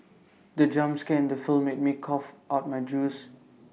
the jump scare in the film made me cough out my juice